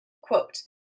quote